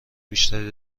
بیشتری